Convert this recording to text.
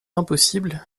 impossible